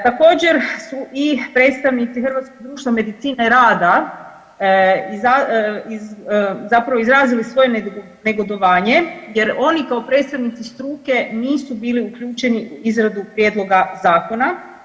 Također su i predstavnici Hrvatskog društva medicine rada zapravo izrazili svoje negodovanje jer oni kao predstavnici struke nisu bili uključeni u izradu prijedloga zakona.